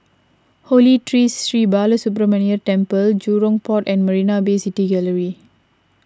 Holy Tree Sri Balasubramaniar Temple Jurong Port and Marina Bay City Gallery